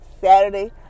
Saturday